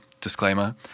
disclaimer